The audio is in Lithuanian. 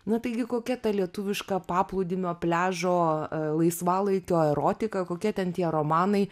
na taigi kokia ta lietuviška paplūdimio pliažo laisvalaikio erotika kokie ten tie romanai